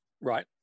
Right